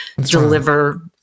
deliver